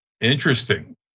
Interesting